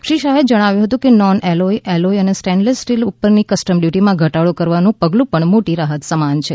શ્રી શાહે જણાવ્યું હતું કે નોન એલોય એલોય અને સ્ટેનલેસ સ્ટીલ ઉપરની કસ્ટમ ડ્યૂટીમાં ઘટાડો કરવાનું પગલું પણ મોટી રાહત સમાન છે